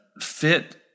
fit